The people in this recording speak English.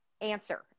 answer